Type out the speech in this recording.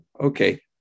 Okay